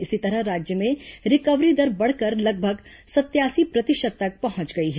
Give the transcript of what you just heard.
इस तरह राज्य में रिकवरी दर बढ़कर लगभग सतयासी प्रतिशत तक पहुंच गई है